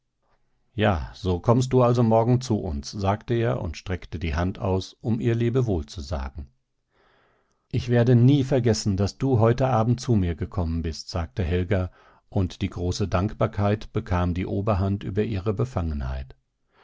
ja so kommst du also morgen zu uns sagte er und streckte die hand aus um ihr lebewohl zu sagen ich werde nie vergessen daß du heute abend zu mir gekommen bist sagte helga und die große dankbarkeit bekam die oberhand über ihre befangenheit